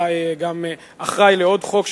חבר הכנסת אורלב היה גם אחראי לעוד חוק,